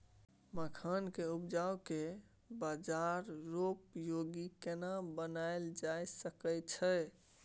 मखान के उपज के बाजारोपयोगी केना बनायल जा सकै छै?